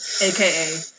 AKA